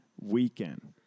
weekend